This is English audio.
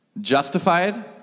Justified